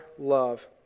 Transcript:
love